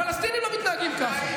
הפלסטינים לא מתנהגים ככה,